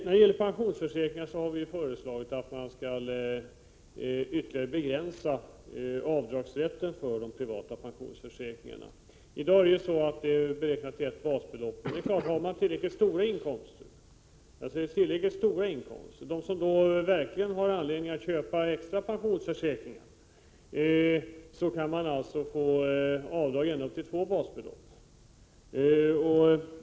När det gäller pensionsförsäkringar har vi föreslagit att man skall ytterligare begränsa avdragsrätten för premier till de privata pensionsförsäkringarna. I dag är avdraget begränsat till ett basbelopp, men de som har tillräckligt stora inkomster — synnerligen stora inkomster, dvs. de som verkligen har anledning att köpa extra pensionsförsäkring — kan få göra avdrag ända upp till två basbelopp.